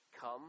come